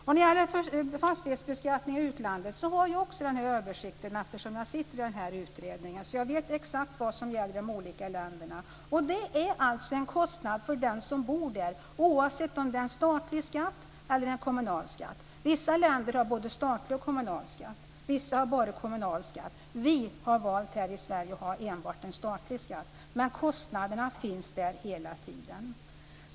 När det gäller fastighetsbeskattningen och utlandet kan jag säga att jag har en översikt eftersom jag sitter med i utredningen. Jag vet exakt vad som gäller i de olika länderna. Det är en kostnad för den boende oavsett om det är fråga om statlig skatt eller om det är fråga om kommunal skatt. Vissa länder har både statlig och kommunal skatt. Andra länder har bara kommunal skatt. Vi i Sverige har valt att ha enbart statlig skatt men kostnaderna finns där hela tiden.